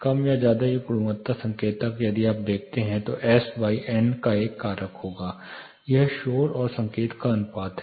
कम या ज्यादा ये गुणवत्ता संकेतक यदि आप देखते हैं तो एस एन का एक कारक होगा यह शोर और संकेत का अनुपात है